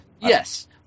Yes